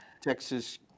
Texas